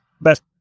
best